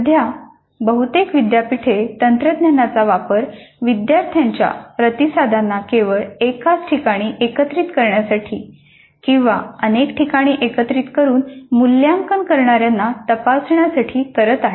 सध्या बहुतेक विद्यापीठे तंत्रज्ञानाचा वापर विद्यार्थ्यांच्या प्रतिसादांना केवळ एकाच ठिकाणी एकत्रित करण्यासाठी किंवा अनेक ठिकाणी एकत्रित करून मूल्यांकन करणाऱ्यांना तपासण्यासाठी करत आहेत